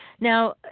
Now